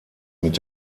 mit